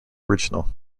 original